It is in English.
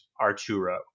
Arturo